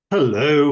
Hello